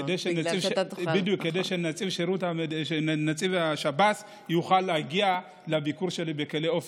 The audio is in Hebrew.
כדי שנציב שב"ס יוכל להגיע לביקור שלי בכלא אופק.